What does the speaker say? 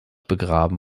begraben